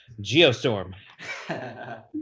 Geostorm